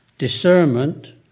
discernment